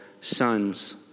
sons